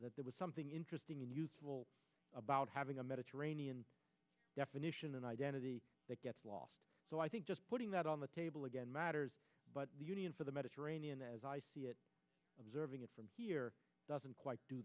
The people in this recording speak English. that there was something interesting and useful about having a mediterranean definition and identity that gets lost so i think just putting that on the table again matters but the union for the mediterranean as i see it observing it from here doesn't quite do